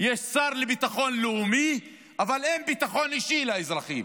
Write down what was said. יש שר לביטחון לאומי אבל אין ביטחון אישי לאזרחים.